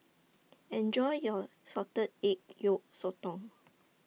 Enjoy your Salted Egg Yolk Sotong